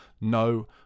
No